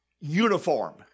uniform